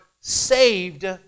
saved